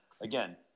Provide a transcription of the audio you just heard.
again